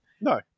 No